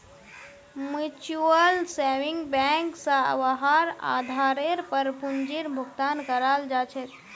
mutual saving bank स वहार आधारेर पर पूंजीर भुगतान कराल जा छेक